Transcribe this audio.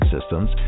systems